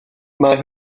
mae